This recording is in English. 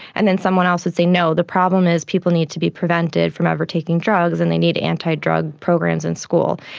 and then someone else would say, no, the problem is people need to be prevented from ever taking drugs and they need anti-drug programs in schools.